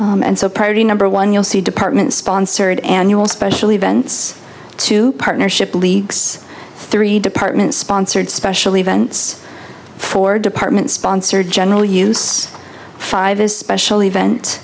and so priority number one you'll see department sponsored annual special events two partnership leagues three department sponsored special events for department sponsor general use five as special event